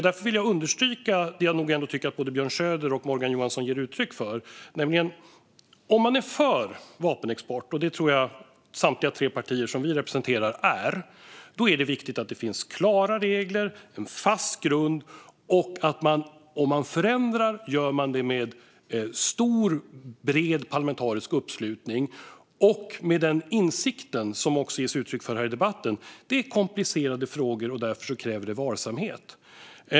Därför vill jag understryka det både Björn Söder och Morgan Johansson ger uttryck för, nämligen: Om man är för vapenexport, vilket jag tror att samtliga tre partier som vi representerar är, är det viktigt att det finns klara regler och en fast grund och att man om man förändrar gör det med bred parlamentarisk uppslutning och med insikten, som det också ges uttryck för i denna debatt, att det är komplicerade frågor som kräver varsamhet.